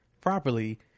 properly